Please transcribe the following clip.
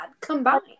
combined